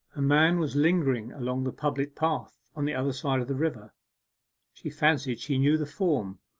a man was lingering along the public path on the other side of the river she fancied she knew the form.